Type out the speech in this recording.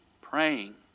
praying